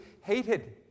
hated